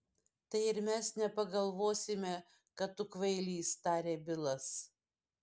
tai ir mes nepagalvosime kad tu kvailys tarė bilas